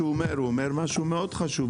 אבל הוא אומר משהו מאוד חשוב,